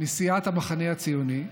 מסיעת המחנה הציוני,